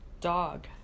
dog